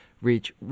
reach